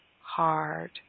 hard